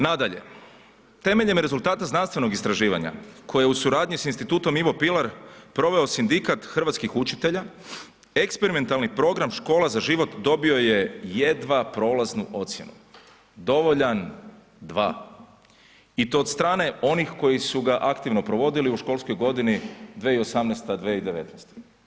Nadalje, temeljem rezultata znanstvenog istraživanja, koje je u suradnju s Institutom Ivo Pilar proveo Sindikat hrvatskih učitelja, eksperimentalni program Škola za život, dobio je jedva prolaznu ocjenu, dovoljan 2, i to od strane onih koji su ga aktivno provodili u školskoj godini 2018./2019.